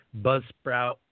Buzzsprout